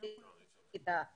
של העולים,